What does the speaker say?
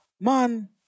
man